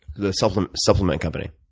the supplement supplement company?